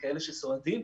ככאלה שסועדים,